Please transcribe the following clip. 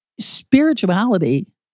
spirituality